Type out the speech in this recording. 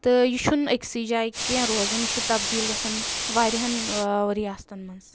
تہٕ یہِ چھُنہٕ أکسٕے جایہِ کینٛہہ روزان یہِ چھِ تبدیٖل گژھان واریہَن ریاستَن منٛز